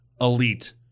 elite